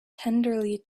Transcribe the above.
tenderly